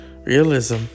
realism